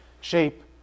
shape